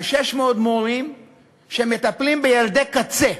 על 600 מורים שמטפלים בילדי קצה,